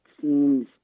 seems